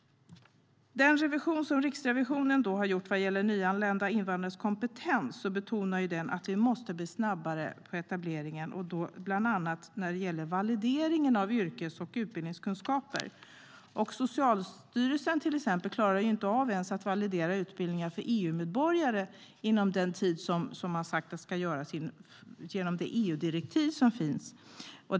Den revision som Riksrevisionen gjort vad gäller nyanlända invandrares kompetens betonar att vi måste bli snabbare på etablering. Bland annat gäller det valideringen av utbildning och yrkeskunskaper. Socialstyrelsen klarar inte ens av att validera utbildningar för EU-medborgare inom den tid som anges i det EU-direktiv som finns.